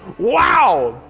wow,